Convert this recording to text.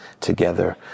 together